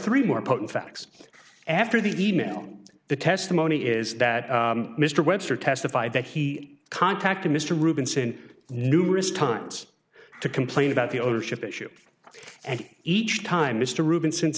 three more potent facts after the email on the testimony is that mr webster testified that he contacted mr rubin seen numerous times to complain about the ownership issue and each time mr rubin since